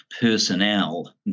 personnel